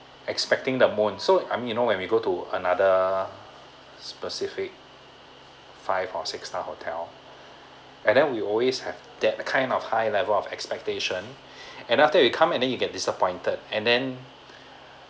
expecting the moon so I mean you know when we go to another specific five or six star hotel and then we always have that kind of high level of expectation and after you come and you get disappointed and then